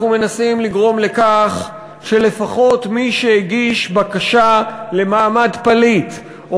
אנחנו מנסים לגרום לכך שלפחות מי שהגיש בקשה למעמד פליט או